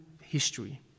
history